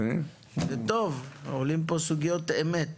זה טוב, עולות פה סוגיות אמת.